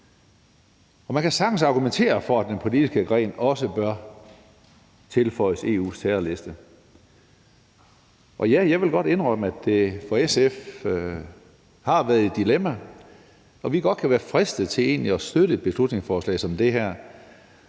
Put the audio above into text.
Man kan sagtens argumentere for, at den politiske gren også bør tilføjes EU's terrorliste, og jeg vil godt indrømme, at det for SF har været et dilemma, og at vi godt kan være fristet til egentlig at støtte et beslutningsforslag som det her.